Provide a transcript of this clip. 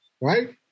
right